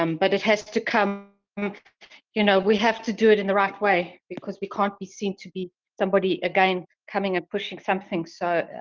um but it has to come you know, we have to do it in the right way. because, we can't be seen to be somebody again, coming and pushing something. so.